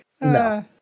No